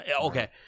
Okay